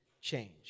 change